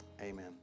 amen